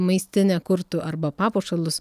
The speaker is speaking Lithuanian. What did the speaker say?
maistinę kurtų arba papuošalus